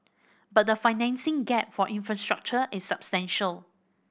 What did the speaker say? but the financing gap for infrastructure is substantial